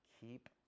keep